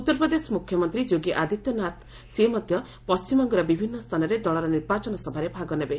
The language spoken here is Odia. ଉତ୍ତରପ୍ରଦେଶ ମୁଖ୍ୟମନ୍ତ୍ରୀ ଯୋଗୀ ଆଦିତ୍ୟନାଥ ସେ ମଧ୍ୟ ପଶ୍ଚିମବଙ୍ଗର ବିଭିନ୍ନ ସ୍ଥାନରେ ଦଳର ନିର୍ବାଚନ ସଭାରେ ଭାଗ ନେବେ